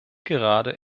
gerade